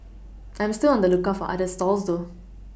I'm still on the lookout for other stalls though